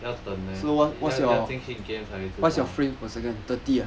要等哦要要进去 game 才知道